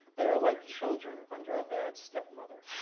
they are like children under a bad step-mother.